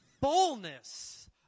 fullness